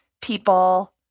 people